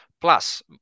Plus